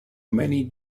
many